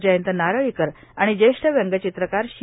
जयंत नारळीकर आणि ज्येष्ठ व्यंगचित्रकार शि